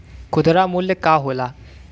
खुदरा मूल्य का होला?